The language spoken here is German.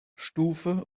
stufe